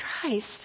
Christ